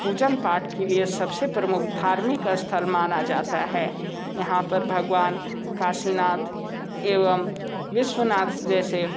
पूजा पाठ के लिए सब से प्रमुख धार्मिक स्थल माना जाता है यहाँ पर भगवान काशीनाथ एवं विश्वनाथ जैसे